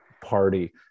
party